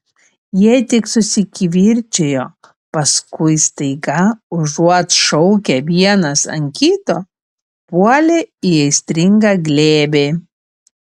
jie tik susikivirčijo paskui staiga užuot šaukę vienas ant kito puolė į aistringą glėbį